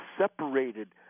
separated